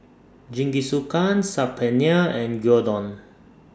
Jingisukan Saag Paneer and Gyudon